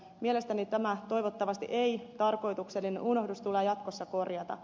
mielestäni tämä toivottavasti ei tarkoituksellinen unohdus tulee jatkossa korjata